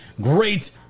Great